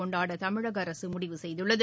கொண்டாட தமிழக அரசு முடிவு செய்துள்ளது